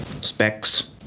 Specs